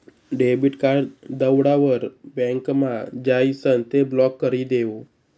debit card दवडावर बँकमा जाइसन ते ब्लॉक करी देवो